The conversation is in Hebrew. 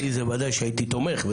ודאי שהייתי תומך,